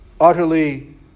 Utterly